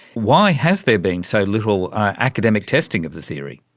why has there been so little academic testing of the theory?